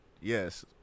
yes